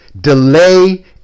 delay